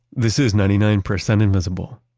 this is ninety nine percent invisible.